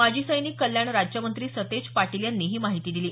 माजीसैनिक कल्याण राज्यमंत्री सतेज पाटील यांनी ही माहिती दिली